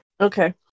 Okay